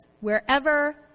Wherever